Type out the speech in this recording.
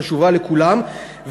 חשובה לכולם.